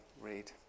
read